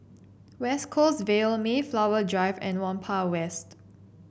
West Coast Vale Mayflower Drive and Whampoa West